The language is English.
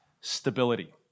stability